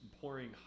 pouring